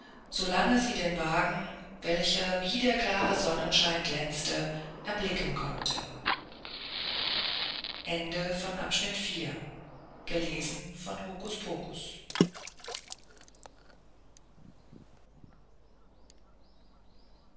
lange sie den wagen welcher wie der klare sonnenschein glänzte erblicken konnte